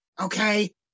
okay